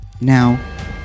Now